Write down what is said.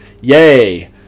yay